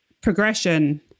progression